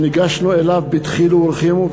שניגשנו אליו בדחילו ורחימו.